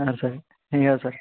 ಹಾಂ ಸರಿ ಹಿಂಗೇಳಿ ಸರ್